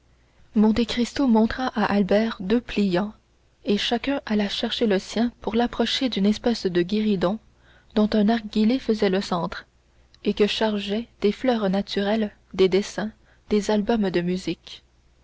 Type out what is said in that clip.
maîtresse monte cristo montra à albert deux pliants et chacun alla chercher le sien pour l'approcher d'une espèce de guéridon dont un narguilé faisait le centre et que chargeaient des fleurs naturelles des dessins des albums de musique